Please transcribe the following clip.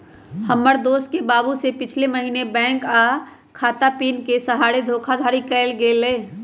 हमर दोस के बाबू से पिछले महीने बैंक खता आऽ पिन के सहारे धोखाधड़ी कएल गेल